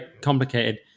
complicated